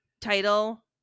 title